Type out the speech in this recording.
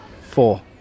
Four